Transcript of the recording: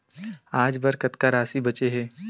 आज बर कतका राशि बचे हे?